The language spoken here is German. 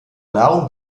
nahrung